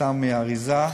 סתם מהאריזה,